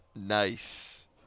nice